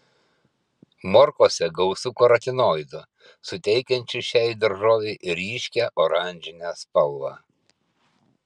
morkose gausu karotinoidų suteikiančių šiai daržovei ryškią oranžinę spalvą